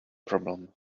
problem